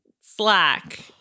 Slack